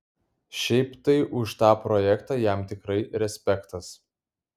šiaip tai už tą projektą jam tikrai respektas